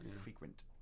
frequent